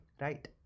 right